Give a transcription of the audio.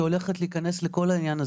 שהולכת להיכנס לכל העניין הזה.